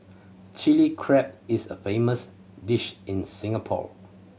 Chilli Crab is a famous dish in Singapore